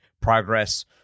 progress